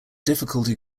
difficulty